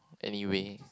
anyway